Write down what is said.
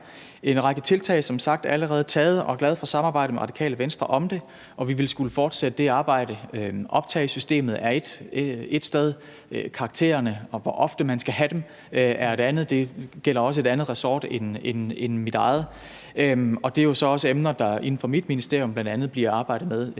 en række tiltag, og jeg er glad for samarbejdet med Radikale Venstre om det, og vi vil skulle fortsætte det arbejde. Optagesystemet er ét sted, karaktererne, og hvor ofte man skal have dem, er et andet. Det gælder også et andet ressort end mit eget. Og det er jo så også emner, der inden for mit ministerium bl.a. bliver arbejdet med